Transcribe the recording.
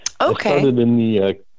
Okay